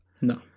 No